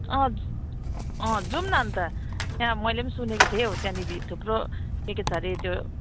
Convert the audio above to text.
अँ अँ जाउँ अन्त त्यहाँ मैले पनि सुनेको थिएँ हो त्यहाँनिर थुप्रो के के छ अरे त्यो